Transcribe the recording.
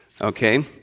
Okay